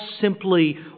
simply